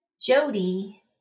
jody